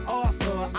author